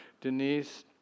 Denise